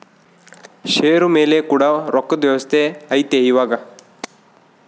ಷೇರು ಮೇಲೆ ಕೂಡ ರೊಕ್ಕದ್ ವ್ಯವಸ್ತೆ ಐತಿ ಇವಾಗ